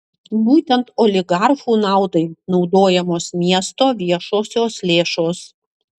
būtent oligarchų naudai naudojamos miesto viešosios lėšos